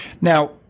Now